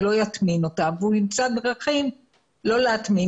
ולא יטמין אותה והוא ימצא דרכים לא להטמין